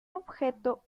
objeto